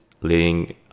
leading